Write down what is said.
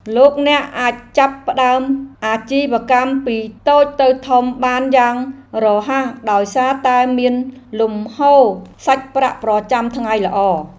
លោកអ្នកអាចចាប់ផ្តើមអាជីវកម្មពីតូចទៅធំបានយ៉ាងរហ័សដោយសារតែមានលំហូរសាច់ប្រាក់ប្រចាំថ្ងៃល្អ។